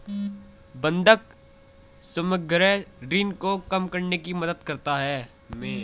बंधक समग्र ऋण को कम करने में मदद करता है